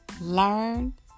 learn